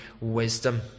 wisdom